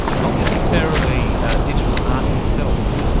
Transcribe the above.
not necessarily digital art itself.